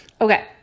Okay